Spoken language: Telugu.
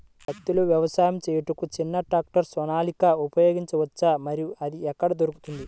పత్తిలో వ్యవసాయము చేయుటకు చిన్న ట్రాక్టర్ సోనాలిక ఉపయోగించవచ్చా మరియు అది ఎక్కడ దొరుకుతుంది?